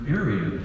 area